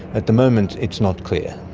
at the moment it's not clear.